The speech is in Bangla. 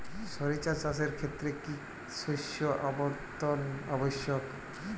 সরিষা চাষের ক্ষেত্রে কি শস্য আবর্তন আবশ্যক?